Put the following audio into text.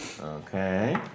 Okay